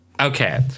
Okay